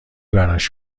براش